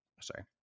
sorry